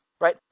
right